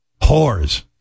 whores